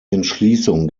entschließung